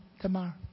tomorrow